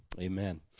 amen